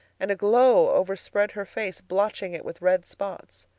and a glow overspread her face, blotching it with red spots.